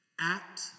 Act